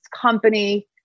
company